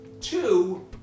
Two